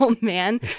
man